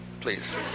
Please